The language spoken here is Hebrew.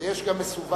ויש גם מסובב.